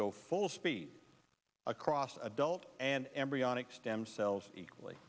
go full speed across adult and embryonic stem cells equally